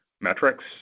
metrics